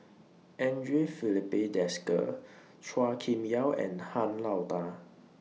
Andre Filipe Desker Chua Kim Yeow and Han Lao DA